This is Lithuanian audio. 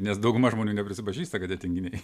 nes dauguma žmonių neprisipažįsta kad jie tinginiai